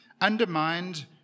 undermined